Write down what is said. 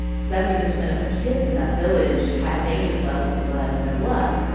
seventy percent of the kids in that village had dangerous levels of lead in their blood.